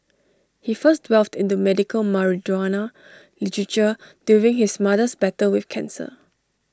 he first delved into medical marijuana literature during his mother's battle with cancer